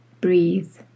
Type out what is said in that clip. breathe